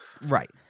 Right